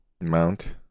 mount